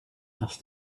asked